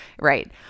right